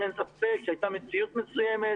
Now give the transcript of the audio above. אין ספק שהיתה מציאות מסוימת